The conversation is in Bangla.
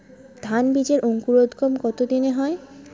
ধান বীজের অঙ্কুরোদগম কত দিনে হয়?